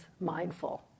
mindful